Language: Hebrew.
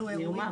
אני אומר.